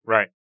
Right